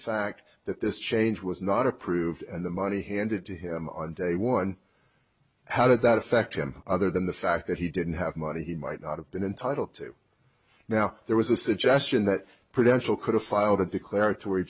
fact that this change was not approved and the money handed to him on day one how did that affect him other than the fact that he didn't have money he might not have been entitled to now there was a suggestion that prevention could have filed a declar